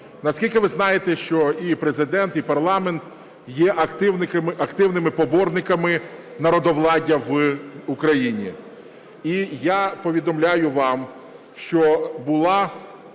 Наскільки ви знаєте, що і Президент, і парламент є активними поборниками народовладдя в Україні.